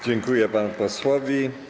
Dziękuję panu posłowi.